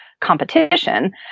competition